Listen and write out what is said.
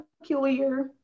peculiar